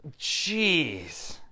Jeez